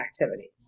activity